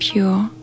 pure